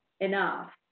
enough